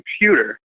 computer